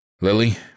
Lily